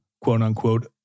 quote-unquote